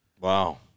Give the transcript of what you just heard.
Wow